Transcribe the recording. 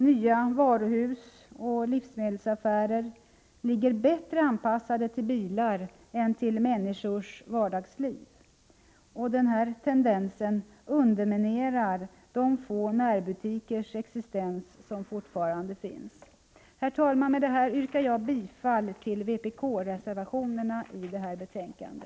Nya varuhus och livsmedelsaffärer ligger bättre anpassade till bilar än till människors vardagsliv. Denna tendens underminerar existensen för de få närbutiker som fortfarande finns. Herr talman! Med detta yrkar jag bifall till vpk-reservationerna till detta betänkande.